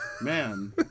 Man